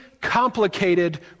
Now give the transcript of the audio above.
complicated